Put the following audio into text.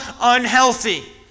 unhealthy